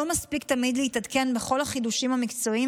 לא מספיק תמיד להתעדכן בכל החידושים המקצועיים